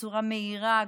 בצורה מהירה,